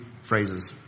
phrases